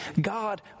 God